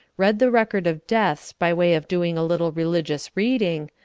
read the record of deaths by way of doing a little religious reading,